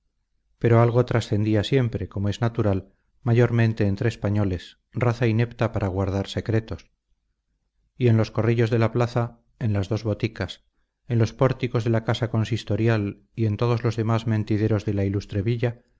pero algo trascendía siempre como es natural mayormente entre españoles raza inepta para guardar secretos y en los corrillos de la plaza en las dos boticas en los pórticos de la casa consistorial y en todos los demás mentideros de la ilustre villa